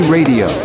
Radio